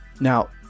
now